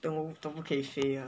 都都不可以学 ah